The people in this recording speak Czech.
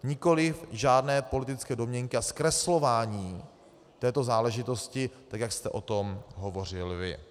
Nikoliv žádné politické domněnky a zkreslování této záležitosti, tak jak jste o tom hovořil vy.